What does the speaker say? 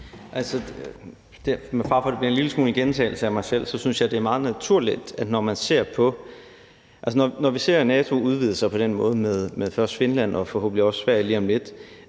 Med fare for, at det en lille smule bliver en gentagelse af mig selv, synes jeg, det er meget naturligt, at når vi ser NATO udvide sig på den måde med først Finland og forhåbentlig også Sverige lige om lidt,